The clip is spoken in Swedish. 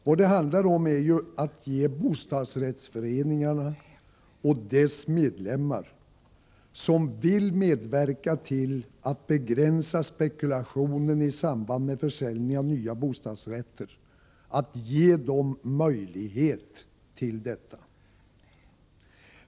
Vad det handlar är ju att ge de bostadsrättsföreningar och deras medlemmar, som vill medverka till att begränsa spekulationen i samband med försäljning av nya bostadsrätter, möjlighet till detta.